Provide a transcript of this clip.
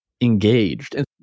engaged